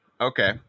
Okay